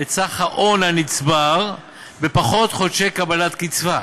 את סך ההון הנצבר בפחות חודשי קבלת קצבה,